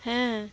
হ্যাঁ